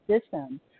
system